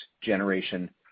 generation